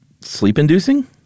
Sleep-inducing